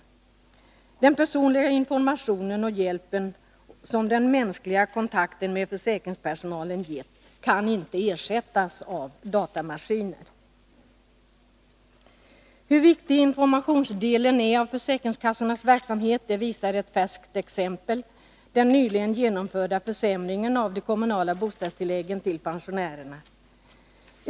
Den personliga informationen och hjälpen som den mänskliga kontakten med försäkringspersonalen gett kan inte ersättas av datamaskiner. Hur viktig informationsdelen av försäkringskassornas verksamhet är visar ett färskt exempel, den nyligen genomförda försämringen av de kommunala bostadstilläggen till pensionärerna.